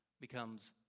becomes